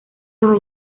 los